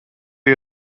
you